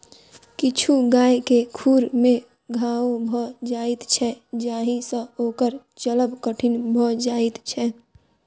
किछु गाय के खुर मे घाओ भ जाइत छै जाहि सँ ओकर चलब कठिन भ जाइत छै